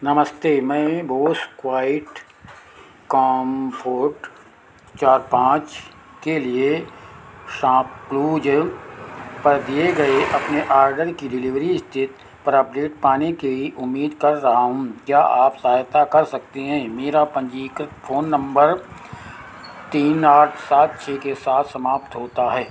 नमस्ते मैं Bose quiet comfort चार पाँच के लिए शांपक्लूज पर दिए गए अपने आडर की डिलिवरी इस्थित पर अपडेट पाने की उम्मीद कर रहा हूँ क्या आप सहायता कर सकती हैं मेरा पंजीकृत फ़ोन नंबर तीन आठ सात छः के साथ समाप्त होता है